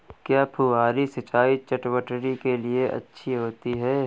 क्या फुहारी सिंचाई चटवटरी के लिए अच्छी होती है?